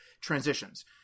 transitions